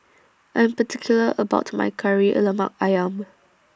I'm particular about My Kari Lemak Ayam